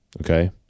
okay